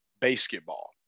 basketball